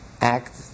act